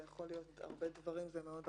זה יכול להיות הרבה דברים, זה מאוד רחב.